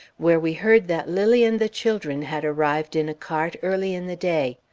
where we heard that lilly and the children had arrived in a cart, early in the day.